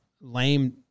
lame